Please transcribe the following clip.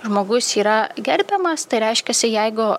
žmogus yra gerbiamas tai reiškiasi jeigu